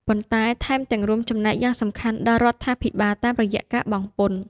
ប៉ុន្តែថែមទាំងរួមចំណែកយ៉ាងសំខាន់ដល់រដ្ឋាភិបាលតាមរយៈការបង់ពន្ធ។